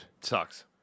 sucks